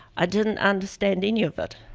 i didn't understand any of it.